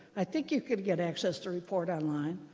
i think you could get access to report outline.